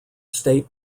state